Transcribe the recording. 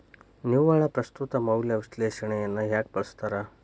ನಿವ್ವಳ ಪ್ರಸ್ತುತ ಮೌಲ್ಯ ವಿಶ್ಲೇಷಣೆಯನ್ನ ಯಾಕ ಬಳಸ್ತಾರ